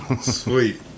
sweet